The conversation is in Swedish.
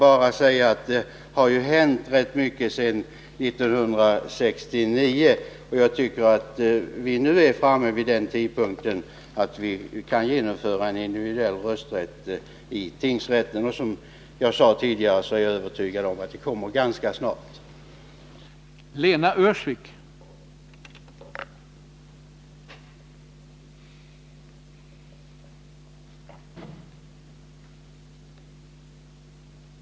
Det har ju hänt rätt mycket sedan 1969, och jag tycker att vi nu är framme vid den tidpunkt då vi borde kunna genomföra individuell rösträtt i tingsrätten. Som jag sade tidigare är jag övertygad om att vi ganska snart kommer dit.